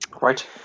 Right